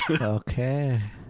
Okay